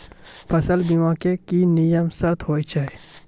फसल बीमा के की नियम सर्त होय छै?